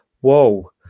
Whoa